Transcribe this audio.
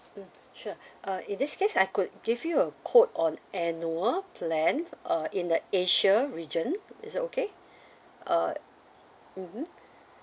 mm sure uh in this case I could give you a quote on annual plan uh in the asia region is it okay uh mmhmm